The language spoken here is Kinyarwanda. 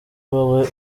wowe